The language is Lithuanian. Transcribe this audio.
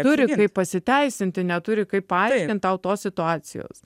turi kaip pasiteisinti neturi kaip paaiškint tau tos situacijos